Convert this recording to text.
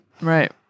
right